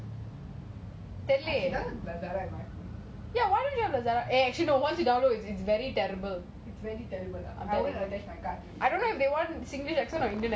cash வேணுமா:venuma I should download lazada it's very terrible ah